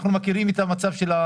אנחנו מכירים את המצב.